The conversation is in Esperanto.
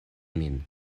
min